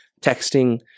texting